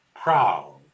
proud